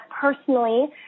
personally